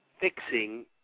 fixing